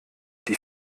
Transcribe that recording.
die